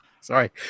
sorry